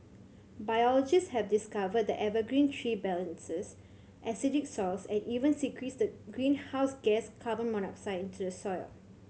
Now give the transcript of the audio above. biologists have discovered the evergreen tree balances acidic soils and even secretes the greenhouse gas carbon monoxide into the soil